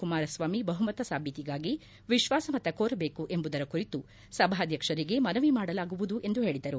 ಕುಮಾರಸ್ನಾಮಿ ಬಹುಮತ ಸಾಬೀತಿಗಾಗಿ ವಿಶ್ಲಾಸಮತ ಕೋರಬೇಕು ಎಂಬುದರ ಕುರಿತು ಸಭಾಧ್ಯಕ್ಷರಿಗೆ ಮನವಿ ಮಾಡಲಾಗುವುದು ಎಂದು ಹೇಳದರು